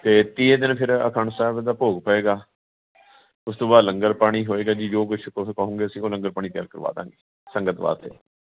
ਅਤੇ ਤੀਜੇ ਦਿਨ ਫਿਰ ਅਖੰਡ ਸਾਹਿਬ ਦਾ ਭੋਗ ਪਏਗਾ ਉਸ ਤੋਂ ਬਾਅਦ ਲੰਗਰ ਪਾਣੀ ਹੋਏਗਾ ਜੀ ਜੋ ਕੁਛ ਤੁਸੀਂ ਕਹੋਗੇ ਅਸੀਂ ਉਹ ਲੰਗਰ ਪਾਣੀ ਤਿਆਰ ਕਰਵਾ ਦੇਵਾਂਗੇ ਸੰਗਤ ਵਾਸਤੇ